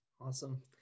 Awesome